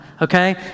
okay